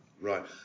Right